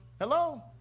Hello